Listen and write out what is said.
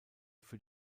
für